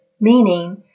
meaning